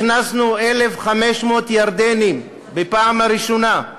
הכנסנו 1,500 ירדנים, בפעם הראשונה,